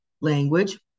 language